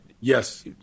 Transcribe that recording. yes